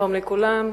שלום לכולם.